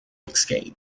escape